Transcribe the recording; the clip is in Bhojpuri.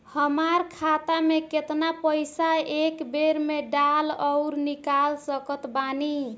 हमार खाता मे केतना पईसा एक बेर मे डाल आऊर निकाल सकत बानी?